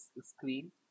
screen